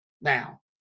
now